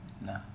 No